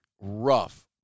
rough